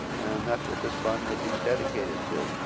and that's what this fund would be dedicated to.